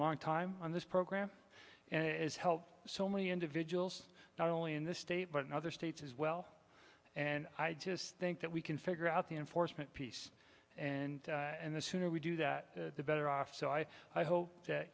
long time on this program and is help so many individuals not only in this state but in other states as well and i just think that we can figure out the enforcement piece and and the sooner we do that the better off so i hope